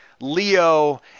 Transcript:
Leo